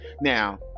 Now